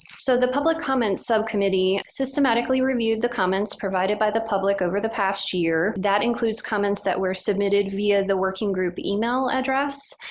so the public comments subcommittee systematically reviewed the comments provided by the public over the past year. that includes comments that were submitted via the working group email address,